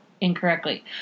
incorrectly